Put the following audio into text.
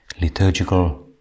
liturgical